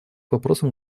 вопросам